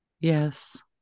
Yes